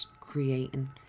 creating